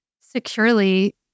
securely